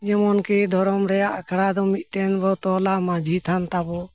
ᱡᱮᱢᱚᱱ ᱠᱤ ᱫᱷᱚᱨᱚᱢ ᱨᱮᱱᱟᱜ ᱟᱠᱷᱲᱟ ᱫᱚ ᱢᱤᱫᱴᱮᱱ ᱵᱚᱱ ᱛᱚᱞᱟ ᱢᱟᱹᱡᱷᱤ ᱛᱷᱟᱱ ᱛᱟᱵᱚᱱ